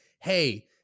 Hey